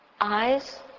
Eyes